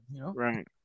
Right